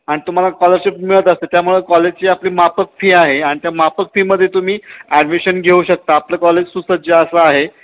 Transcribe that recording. आणि तुम्हाला कॉलरशिप मिळत असते त्यामुळे कॉलेजची आपली माफक फी आहे आणि त्या माफक फीमध्ये तुम्ही ॲडमिशन घेऊ शकता आपलं कॉलेज सुसज्ज असं आहे